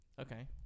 Okay